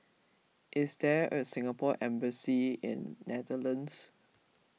is there a Singapore Embassy in Netherlands